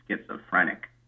schizophrenic